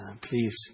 Please